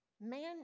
Man